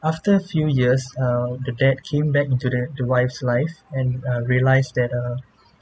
after few years err the dad came back into the the wife's life and uh realised that uh